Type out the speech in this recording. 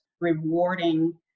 rewarding